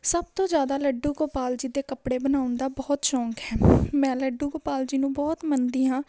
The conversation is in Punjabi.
ਸਭ ਤੋਂ ਜ਼ਿਆਦਾ ਲੱਡੂ ਗੋਪਾਲ ਜੀ ਦੇ ਕੱਪੜੇ ਬਣਾਉਣ ਦਾ ਬਹੁਤ ਸ਼ੌਂਕ ਹੈ ਮੈਂ ਲੱਡੂ ਗੋਪਾਲ ਜੀ ਨੂੰ ਬਹੁਤ ਮੰਨਦੀ ਹਾਂ